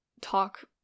talk